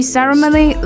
Ceremony